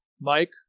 Mike